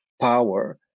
power